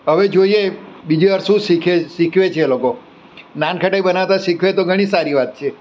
હવે જોઈએ બીજી વાર શું શીખ શીખવે છે એ લોકો નાનખટાઈ બનાવતા શીખવે તો ઘણી સારી વાત છે